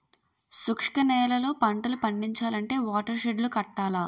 శుష్క నేలల్లో పంటలు పండించాలంటే వాటర్ షెడ్ లు కట్టాల